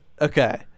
Okay